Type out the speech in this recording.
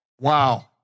Wow